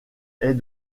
est